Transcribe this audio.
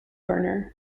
burner